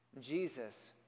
Jesus